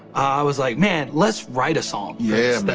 i was like, man, let's write a song. yeah